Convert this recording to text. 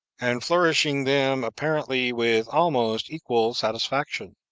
and flourishing them apparently with almost equal satisfaction.